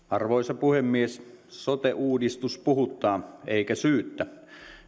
arvoisa puhemies sote uudistus puhuttaa eikä syyttä